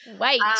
Wait